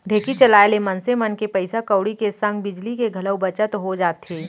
ढेंकी चलाए ले मनसे मन के पइसा कउड़ी के संग बिजली के घलौ बचत हो जाथे